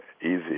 Easy